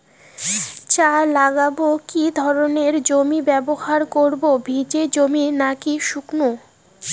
চা লাগাবো কি ধরনের জমি ব্যবহার করব ভিজে জমি নাকি শুকনো?